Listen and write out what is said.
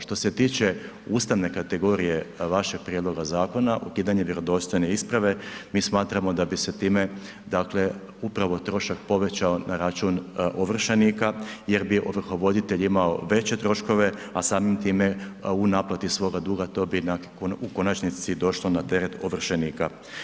Što se tiče ustavne kategorije vašeg prijedloga zakona, ukidanje vjerodostojne isprave, mi smatramo da bi se time dakle upravo trošak povećao na račun ovršenika jer bi ovrhovoditelj imao veće troškove a samim time u naplati svoga duga to bi u konačnici došlo na teret ovršenika.